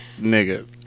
nigga